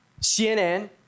CNN